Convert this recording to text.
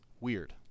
weird